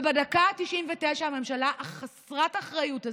ובדקה ה-99 הממשלה חסרת האחריות הזאת,